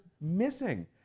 missing